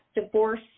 divorce